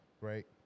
right